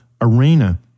arena